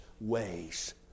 ways